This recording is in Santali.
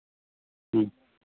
ᱦᱮᱸ